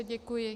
Děkuji.